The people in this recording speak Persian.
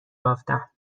بافتم